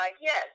Yes